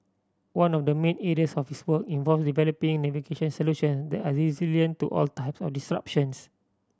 one of the main areas of his work involves developing navigation solution that are resilient to all the types of disruptions